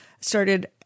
started